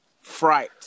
fright